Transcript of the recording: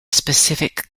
specific